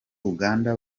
uganda